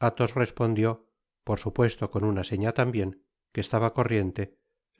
athos respondió por supuesto con una seña tambien que estaba corriente